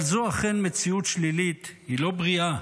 אבל זו אכן מציאות שלילית, היא לא בריאה.